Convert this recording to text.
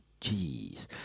Jeez